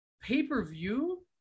Pay-per-view